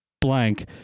blank